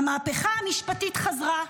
המהפכה המשפטית חזרה,